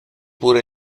puro